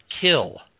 kill